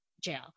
jail